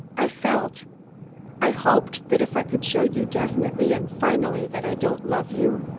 i felt i hoped that if i could show you definitely and finally that i don't love you,